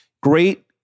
great